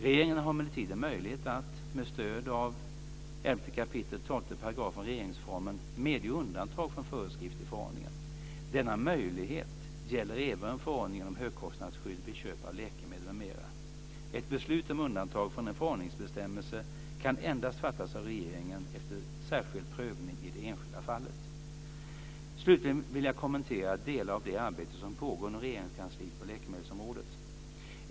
Regeringen har emellertid en möjlighet att, med stöd av 11 kap. 12 § regeringsformen, medge undantag från föreskrift i förordning. Denna möjlighet gäller även förordningen om högkostnadsskydd vid köp av läkemedel m.m. Ett beslut om undantag från en förordningsbestämmelse kan endast fattas av regeringen efter särskild prövning i det enskilda fallet. Slutligen vill jag kommentera delar av det arbete som pågår inom Regeringskansliet på läkemedelsområdet.